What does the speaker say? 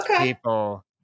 people